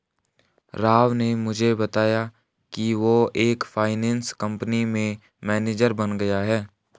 राव ने मुझे बताया कि वो एक फाइनेंस कंपनी में मैनेजर बन गया है